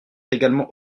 également